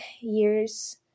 years